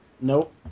Nope